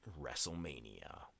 WrestleMania